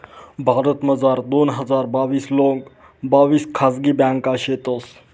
भारतमझार दोन हजार बाविस लोंग बाविस खाजगी ब्यांका शेतंस